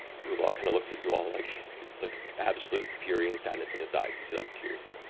ulog kind of looks at you all like like, absolute fury and sadness in his eyes. you see like tears down